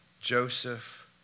Joseph